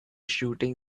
shooting